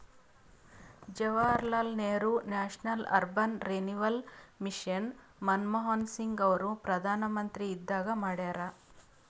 Jawaharlal Nehru National Urban Renewal Mission Manmohan Singh ಅವರು ಪ್ರಧಾನ್ಮಂತ್ರಿ ಇದ್ದಾಗ ಮಾಡ್ಯಾರ್